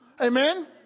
Amen